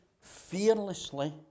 fearlessly